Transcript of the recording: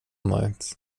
night